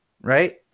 Right